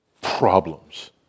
problems